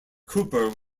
cooper